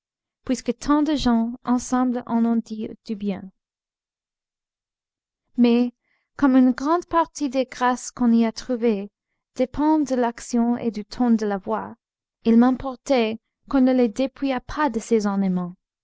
puisque tant de gens ensemble en ont dit du bien mais comme une grande partie des grâces qu'on y a trouvées dépendent de l'action et du ton de la voix il m'importait qu'on ne les dépouillât pas de ces ornements